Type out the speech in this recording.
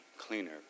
cleaner